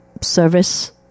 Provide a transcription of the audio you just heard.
service